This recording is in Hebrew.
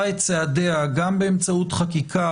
את צעדיה במאבק באלימות גם באמצעות חקיקה,